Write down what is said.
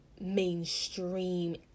mainstream